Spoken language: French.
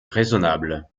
raisonnable